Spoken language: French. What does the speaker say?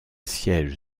siège